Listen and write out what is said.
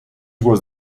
was